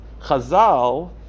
Chazal